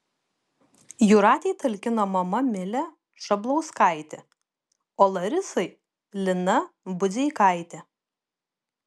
jūratei talkino mama milė šablauskaitė o larisai lina budzeikaitė